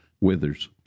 withers